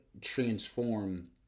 transform